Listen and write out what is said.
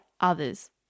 others